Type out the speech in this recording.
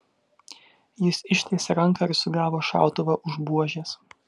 jis ištiesė ranką ir sugavo šautuvą už buožės